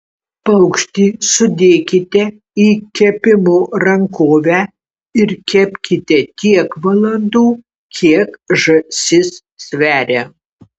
paukštį sudėkite į kepimo rankovę ir kepkite tiek valandų kiek žąsis sveria